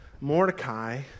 Mordecai